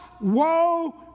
Woe